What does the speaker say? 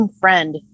friend